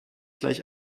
gleich